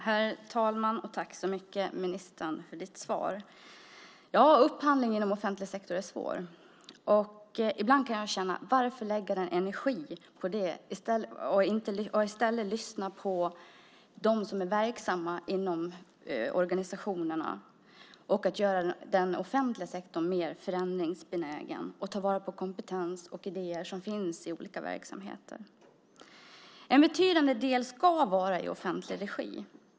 Herr talman! Tack så mycket för ditt svar, ministern. Upphandling inom offentlig sektor är svår. Ibland kan jag känna: Varför lägga den energin på det i stället för att lyssna på dem som är verksamma inom organisationerna och göra den offentliga sektorn mer förändringsbenägen? Det handlar om att ta till vara kompetens och idéer som finns i olika verksamheter. En betydande del ska vara i offentlig regi.